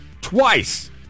twice